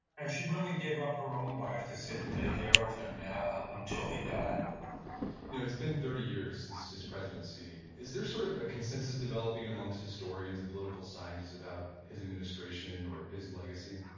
and she really gave up her own life to sit and take care of him until he died you know it's been thirty years since his presidency. is there sort of a consensus developing amongst historians and political scientists about his administration or his legacy?